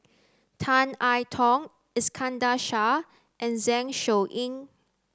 Tan I Tong Iskandar Shah and Zeng Shouyin